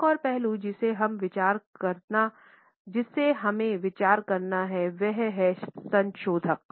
एक और पहलू जिस पर हमें विचार करना है वह है संशोधक